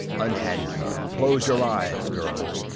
unhand her. close your eyes, girl,